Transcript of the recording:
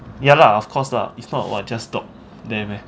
ya lah of course lah if not !wah! just dock then